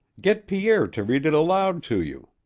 get pierre to read it aloud to you.